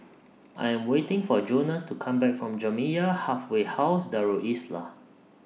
I Am waiting For Jonas to Come Back from Jamiyah Halfway House Darul Islah